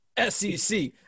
SEC